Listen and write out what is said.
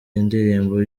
indirimbo